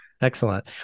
Excellent